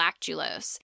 lactulose